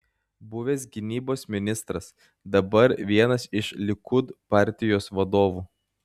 buvęs gynybos ministras dabar vienas iš likud partijos vadovų